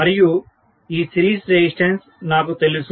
మరియు ఈ series resistance నాకు తెలుసు